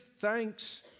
thanks